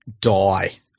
die